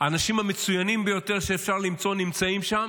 האנשים המצוינים ביותר שאפשר למצוא נמצאים שם.